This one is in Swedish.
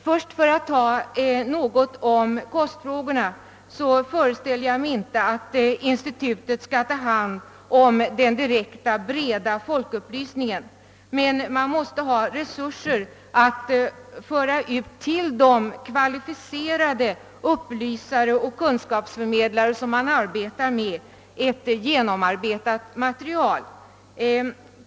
För att först ta upp kostfrågorna, föreställer jag mig inte att institutet skall ta hand om den direkta breda folkupplysningen, men man måste ha resurser för att föra ut ett genomarbetat material till de kvalificerade upplysare och kunskapsförmedlare som man anlitar.